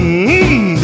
Mmm